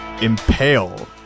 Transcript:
impale